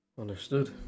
Understood